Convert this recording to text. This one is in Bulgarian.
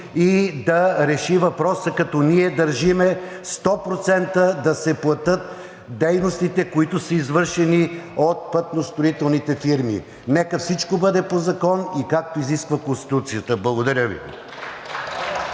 и да реши въпроса, като ние държим 100% да се платят дейностите, които са извършени от пътностроителните фирми. Нека всичко да бъде по закон и както изисква Конституцията. Благодаря Ви.